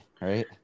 right